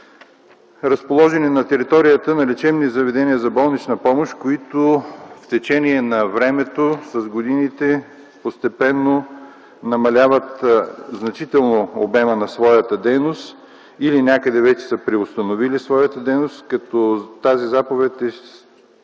разположени на територията на лечебни заведения за болнична помощ, които с течение на времето, с годините, постепенно намаляват значително обема на своята дейност или някъде вече са преустановили своята дейност. Тази заповед е